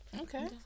Okay